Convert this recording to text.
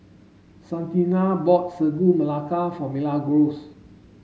Santina bought Sagu Melaka for Milagros